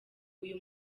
uyu